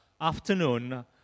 afternoon